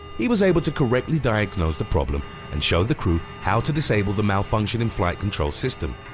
he was able to correctly diagnose the problem and showed the crew how to disable the malfunctioning flight control system.